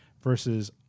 versus